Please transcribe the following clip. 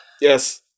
Yes